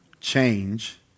Change